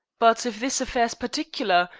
but if this affair's pertickler,